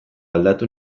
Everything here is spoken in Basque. aldatu